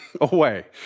away